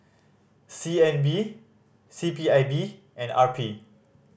C N B C P I B and R P